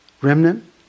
remnant